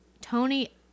Tony